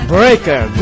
Breaker